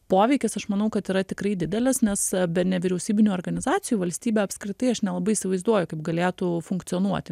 poveikis aš manau kad yra tikrai didelis nes be nevyriausybinių organizacijų valstybė apskritai aš nelabai įsivaizduoju kaip galėtų funkcionuoti